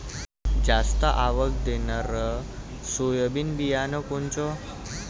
जास्त आवक देणनरं सोयाबीन बियानं कोनचं?